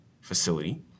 facility